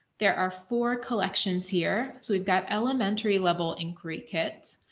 there are four collections here. so, we've got elementary level and create kits.